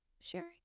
sharing